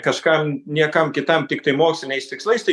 kažkam niekam kitam tiktai moksliniais tikslais tai